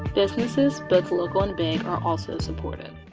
businesses both local and big are also supported.